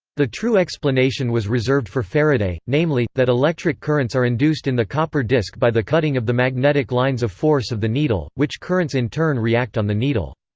the true explanation was reserved for faraday, namely, that electric currents are induced in the copper disc by the cutting of the magnetic lines of force of the needle, which currents in turn react on the needle.